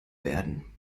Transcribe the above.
werden